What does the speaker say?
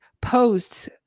Posts